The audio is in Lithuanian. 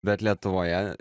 bet lietuvoje